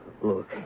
look